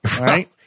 right